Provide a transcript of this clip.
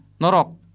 norok